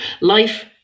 life